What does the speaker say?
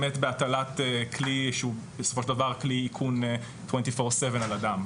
בהטלת כלי שהוא בסופו של דבר כלי איכון 24/7 על אדם.